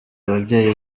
ababyeyi